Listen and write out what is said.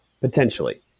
potentially